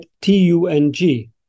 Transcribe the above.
T-U-N-G